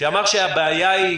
שאמר שהבעיה היא,